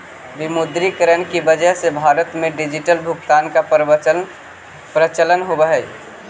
विमुद्रीकरण की वजह से भारत में डिजिटल भुगतान का प्रचलन होलई